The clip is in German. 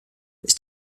ist